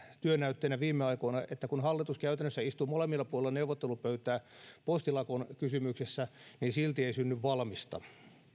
työnäytteenä viime aikoina se että vaikka hallitus käytännössä istuu molemmilla puolilla neuvottelupöytää postilakon kysymyksessä niin silti ei synny valmista